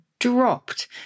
dropped